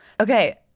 Okay